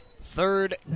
third